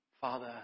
Father